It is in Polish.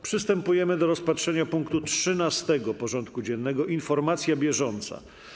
Przystępujemy do rozpatrzenia punktu 13. porządku dziennego: Informacja bieżąca.